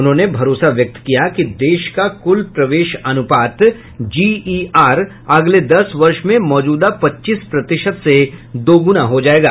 उन्होंने भरोसा व्यक्त किया कि देश का कुल प्रवेश अनुपात जी ई आर अगले दस वर्ष में मौजूदा पच्चीस प्रतिशत से दुगुना हो जाएगा